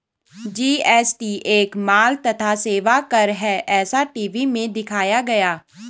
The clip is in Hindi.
जी.एस.टी एक माल तथा सेवा कर है ऐसा टी.वी में दिखाया गया